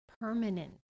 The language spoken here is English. permanent